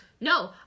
No